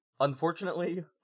unfortunately